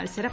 മത്സരം